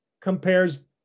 compares